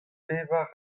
pevar